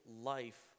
life